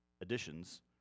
additions